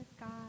God